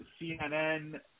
CNN